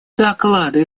доклады